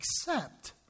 accept